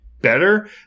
better